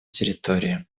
территории